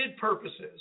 purposes